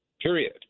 Period